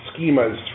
schemas